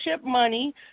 money